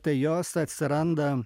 tai jos atsiranda